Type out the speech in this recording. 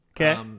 Okay